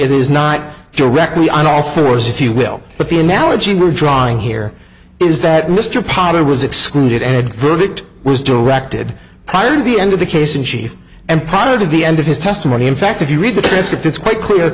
it is not directly on all fours if you will but the analogy we're drawing here is that mr potter was excluded and verdict was directed prior to the end of the case in chief and prior to the end of his testimony in fact if you read the excerpt it's quite clear